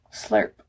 Slurp